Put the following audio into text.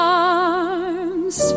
arms